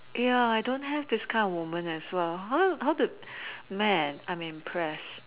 ya I don't have this kind of moment as well !huh! how to like mad I am impressed